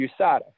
USADA